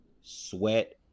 sweat